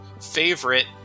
favorite